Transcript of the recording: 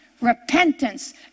repentance